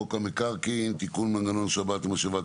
המקרקעין (תיקון מנגנון שבת למשאבת